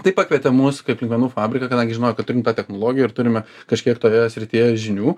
tai pakvietė mus kaip linkmenų fabriką kadangi žinojo kad turim tą technologiją ir turime kažkiek toje srityje žinių